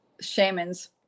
shamans